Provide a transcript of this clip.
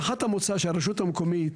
המוצא שהרשות המקומית,